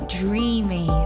dreamy